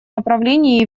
направлении